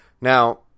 Now